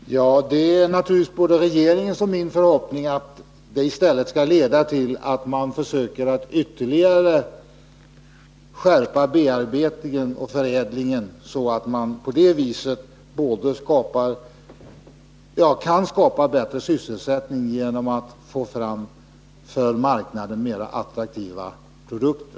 Herr talman! Det är naturligtvis både regeringens och min förhoppning att utformningen av stödet i stället skall leda till att man anstränger sig ytterligare i fråga om bearbetning och förädling, så att man på det sättet kan skapa bättre sysselsättning genom att få fram för marknaden mer attraktiva produkter.